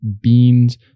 beans